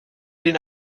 den